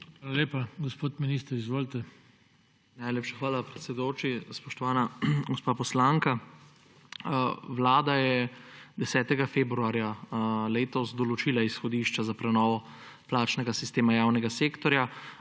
Hvala lepa. Gospod minister, izvolite. **BOŠTJAN KORITNIK:** Najlepša hvala, predsedujoči. Spoštovana gospa poslanka! Vlada je 10. februarja letos določila izhodišča za prenovo plačnega sistema javnega sektorja.